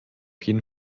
jeden